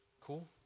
Cool